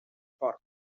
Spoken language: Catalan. fort